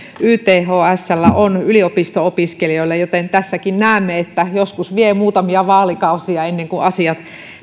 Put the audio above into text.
ythsllä on yliopisto opiskelijoille joten tässäkin näemme että joskus vie muutamia vaalikausia ennen kuin asiat